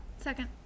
second